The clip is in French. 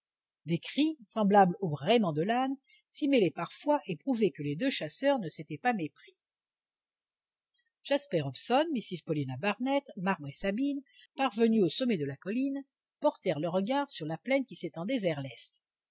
des cris semblables au braiment de l'âne s'y mêlaient parfois et prouvaient que les deux chasseurs ne s'étaient pas mépris jasper hobson mrs paulina barnett marbre et sabine parvenus au sommet de la colline portèrent leurs regards sur la plaine qui s'étendait vers l'est